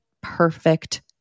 perfect